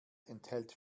enthält